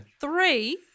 Three